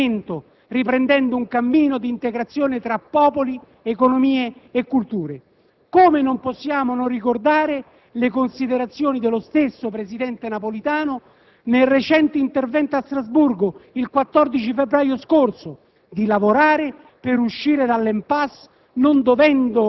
Va superato allora il trauma di quel pericoloso deragliamento, riprendendo un cammino di integrazione tra popoli, economie e culture. Come possiamo non ricordare le considerazioni dello stesso presidente Napolitano nel recente intervento a Strasburgo, il 14 febbraio scorso,